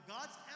God's